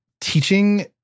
teaching